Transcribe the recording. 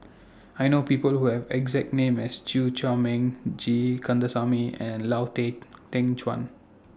I know People Who Have exact name as Chew Chor Meng G Kandasamy and Lau Tay Teng Chuan